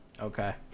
Okay